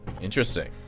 interesting